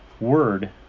word